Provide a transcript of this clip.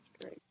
Great